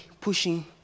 pushing